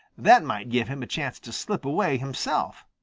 that might give him a chance to slip away himself.